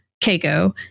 Keiko